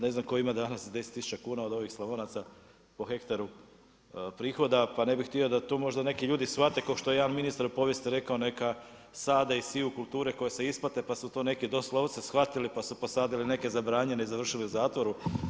Ne znam tko ima danas 10000 kuna od ovih Slavonaca po hektaru prihoda, pa ne bih htio da tu možda neki ljudi shvate, kao što je jedan ministar rekao u povijesti neka sade i siju kulture koje se isplate, pa su to neki doslovce shvatili, pa su posadili neke zabranjene i završili u zatvoru.